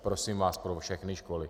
Prosím vás, pro všechny školy.